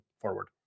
forward